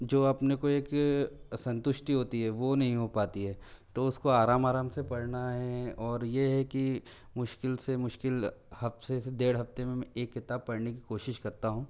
जो अपने को एक संतुष्टि होती है वो नहीं हो पाती है तो उसको आराम आराम से पढ़ना है और ये है कि मुश्किल से मुश्किल हफ़्ते से डेढ़ हफ़्ते में मैं एक किताब पढ़ने की कोशिश करता हूँ